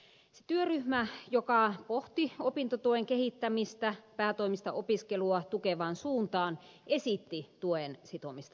se työryhmä joka pohti opintotuen kehittämistä päätoimista opiskelua tukevaan suuntaan esitti tuen sitomista indeksiin